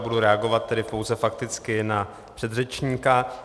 Budu reagovat tedy pouze fakticky na předřečníka.